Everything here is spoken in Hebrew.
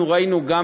אנחנו ראינו גם